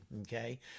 okay